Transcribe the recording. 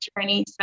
journey